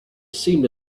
seemed